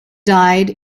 died